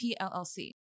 PLLC